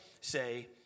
say